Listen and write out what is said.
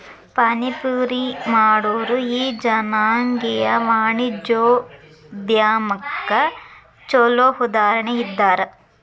ಪಾನಿಪುರಿ ಮಾಡೊರು ಈ ಜನಾಂಗೇಯ ವಾಣಿಜ್ಯೊದ್ಯಮಕ್ಕ ಛೊಲೊ ಉದಾಹರಣಿ ಇದ್ದಾರ